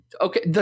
okay